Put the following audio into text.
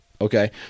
Okay